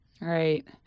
Right